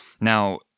Now